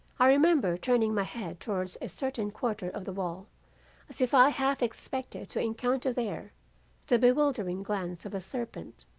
i remember turning my head towards a certain quarter of the wall as if i half expected to encounter there the bewildering glance of a serpent.